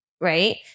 Right